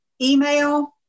email